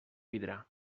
vidrà